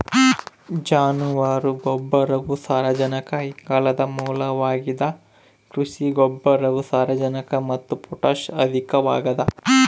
ಜಾನುವಾರು ಗೊಬ್ಬರವು ಸಾರಜನಕ ಇಂಗಾಲದ ಮೂಲವಾಗಿದ ಕುರಿ ಗೊಬ್ಬರವು ಸಾರಜನಕ ಮತ್ತು ಪೊಟ್ಯಾಷ್ ಅಧಿಕವಾಗದ